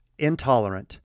intolerant